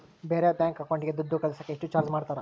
ಬೇರೆ ಬ್ಯಾಂಕ್ ಅಕೌಂಟಿಗೆ ದುಡ್ಡು ಕಳಸಾಕ ಎಷ್ಟು ಚಾರ್ಜ್ ಮಾಡತಾರ?